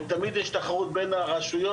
ותמיד יש תחרות בין הרשויות,